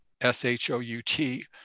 S-H-O-U-T